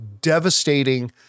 devastating